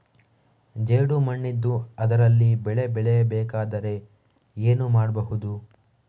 ಜೇಡು ಮಣ್ಣಿದ್ದು ಅದರಲ್ಲಿ ಬೆಳೆ ಬೆಳೆಯಬೇಕಾದರೆ ಏನು ಮಾಡ್ಬಹುದು?